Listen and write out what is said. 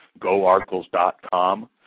GoArticles.com